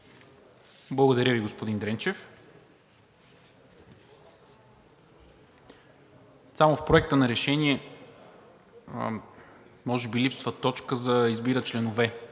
Благодаря, господин Дренчев. В Проекта на решение може би липсва точка за избора на членове